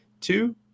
two